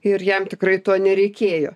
ir jam tikrai to nereikėjo